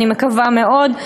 שאני מקווה מאוד,